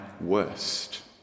worst